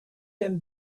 them